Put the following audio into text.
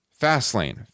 Fastlane